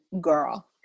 girl